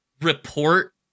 report